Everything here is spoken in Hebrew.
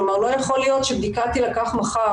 כלומר, לא יכול להיות שבדיקה תילקח מחר.